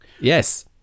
Yes